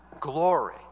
glory